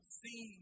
see